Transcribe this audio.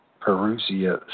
Perusia